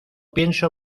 pienso